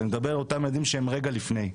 אני מדבר על אותם ילדים שהם רגע לפני.